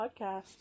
podcast